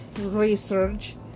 research